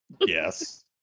yes